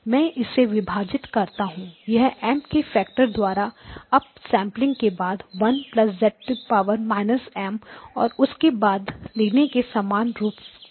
मैं इसे विभाजित करता हूं यह M के फैक्टर द्वारा उप सैंपलिंग के बाद 1− z− M और उसके बाद 11 Z 1 लेने के समान रूप से समान है